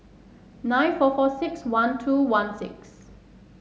nine four four six one two one six